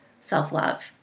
self-love